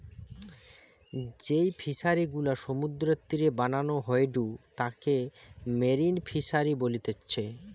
যেই ফিশারি গুলা সমুদ্রের তীরে বানানো হয়ঢু তাকে মেরিন ফিসারী বলতিচ্ছে